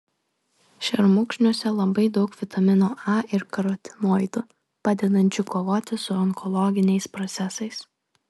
šermukšniuose labai daug vitamino a ir karotinoidų padedančių kovoti su onkologiniais procesais